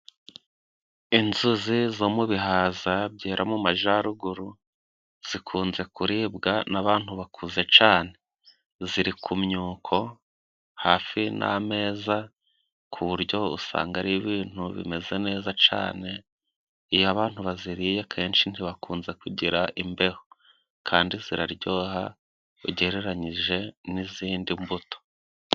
Inzuzi zo mu bihaza byera mu majaruguru, zikunze kuribwa n'abantu bakuze cane, ziri ku myuko hafi n'ameza ku buryo usanga ari ibintu bimeze neza cane. Iyo abantu baziriye, akenshi ntibakunze kugira imbeho, kandi ziraryoha ugereranyije n'izindi mbuto.